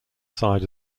side